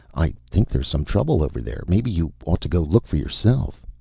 i think there's some trouble over there. maybe you ought to go look for yourself.